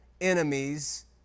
enemies